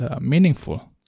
meaningful